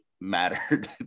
mattered